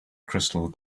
crystal